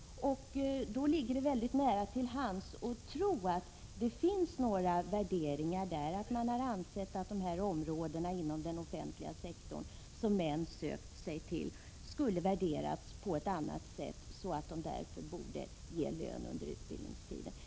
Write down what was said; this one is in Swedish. Då ligger det nära till hands att tro att det ligger värderingar bakom, att man ansett att dessa områden inom den offentliga sektorn skulle värderas på ett annat sätt och att de män som sökt sig till dem därför borde få lön under utbildningstiden.